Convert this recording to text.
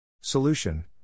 Solution